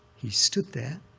he stood there,